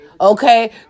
Okay